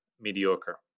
mediocre